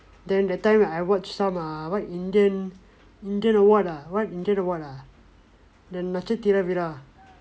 then that time I watch some err what indian indian don't know what ah what indian don't know what ah then நட்சத்திர விழா:natchatthira vila